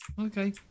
Okay